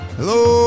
Hello